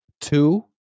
two